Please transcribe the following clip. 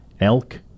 elk